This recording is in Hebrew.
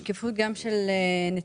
שקיפות של נתונים,